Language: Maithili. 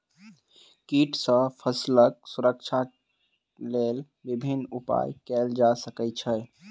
कीट सॅ फसीलक सुरक्षाक लेल विभिन्न उपाय कयल जा सकै छै